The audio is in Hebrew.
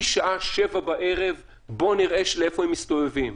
משעה שבע בערב בואו נראה איפה הם מסתובבים.